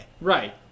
Right